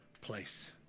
place